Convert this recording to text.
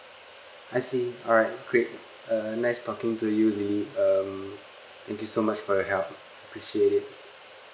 I see alright great uh nice talking to you lily um thank you so much for your help appreciate it